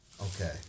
Okay